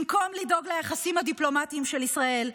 במקום לדאוג ליחסים הדיפלומטיים של ישראל,